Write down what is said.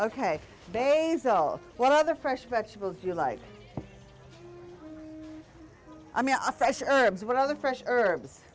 old what other fresh vegetables you like i mean a fresh herbs what other fresh herbs